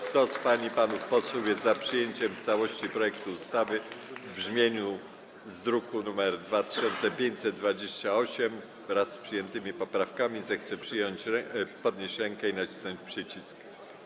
Kto z pań i panów posłów jest za przyjęciem w całości projektu ustawy w brzmieniu z druku nr 2528, wraz z przyjętymi poprawkami, zechce podnieść rękę i nacisnąć przycisk.